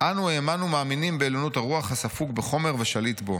'אנו האמנו ומאמינים בעליונות הרוח הספוג בחומר ושליט בו',